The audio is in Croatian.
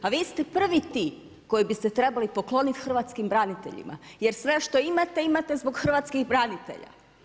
A vi ste prvi ti koji biste se trebali pokloniti hrvatskim braniteljima jer sve što imate, imate zbog hrvatskih branitelja.